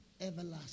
everlasting